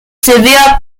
severe